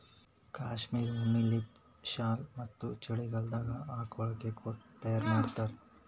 cashmere ಉಣ್ಣಿಲಿಂತ್ shawl ಮತ್ತ್ ಚಳಿಗಾಲದಾಗ್ ಹಾಕೊಳ್ಳ ಕೋಟ್ ತಯಾರ್ ಮಾಡ್ತಾರ್